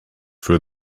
for